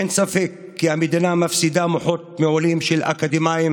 אין ספק כי המדינה מפסידה מוחות מעולים של אקדמאים